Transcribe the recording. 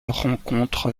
rencontre